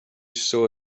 saw